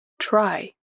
try